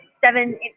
seven